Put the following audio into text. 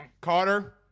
Carter